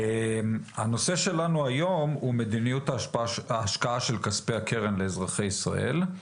הנושא שלנו היום הוא מדיניות של כספי הקרן לאזרחי ישראל.